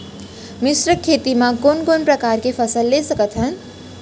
मिश्र खेती मा कोन कोन प्रकार के फसल ले सकत हन?